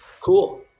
Cool